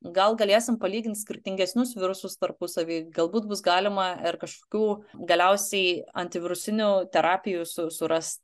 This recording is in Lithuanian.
gal galėsim palygint skirtingesnius virusus tarpusavy galbūt bus galima ir kažkokių galiausiai antivirusinių terapijų su surast